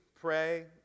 pray